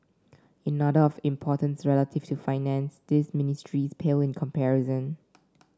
in order of importance relative to Finance these ministries pale in comparison